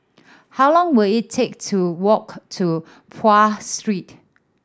how long will it take to walk to Pahang Street